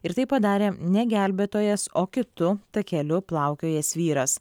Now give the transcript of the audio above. ir tai padarė ne gelbėtojas o kitu takeliu plaukiojęs vyras